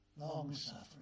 long-suffering